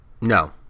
No